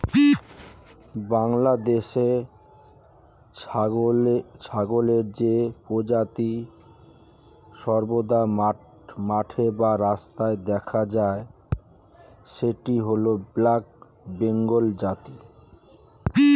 বাংলাদেশে ছাগলের যে প্রজাতি সর্বদা মাঠে বা রাস্তায় দেখা যায় সেটি হল ব্ল্যাক বেঙ্গল প্রজাতি